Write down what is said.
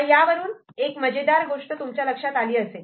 यावरून एक मजेदार गोष्ट तुमच्या लक्षात आली असेल